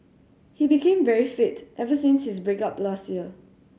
he became very fit ever since his break up last year